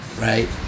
right